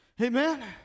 Amen